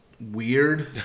weird